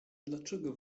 dlaczego